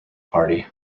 party